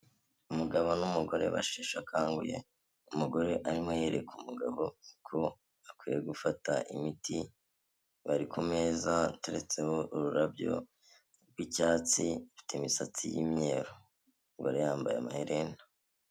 Umugabo n'umugore basheshe akanguye, umugore arimo yereka umugabo uko akwiye gufata imiti, bari ku meza hateretseho ururabyo rw'icyatsi, afite imisatsi y'imyeru, umugore yambaye amaherena.